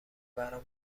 برام